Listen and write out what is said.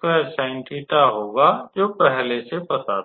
होगा जो पहले था